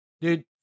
Dude